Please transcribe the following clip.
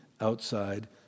outside